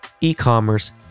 e-commerce